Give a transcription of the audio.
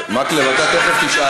אתה השר,